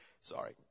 Sorry